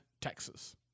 Texas